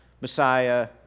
Messiah